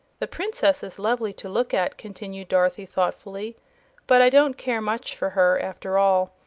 the princess is lovely to look at, continued dorothy, thoughtfully but i don't care much for her, after all.